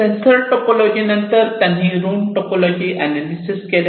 sensor topology नंतर त्यांनी room topology analysis केल्या